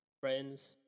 Friends